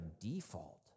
default